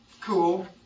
cool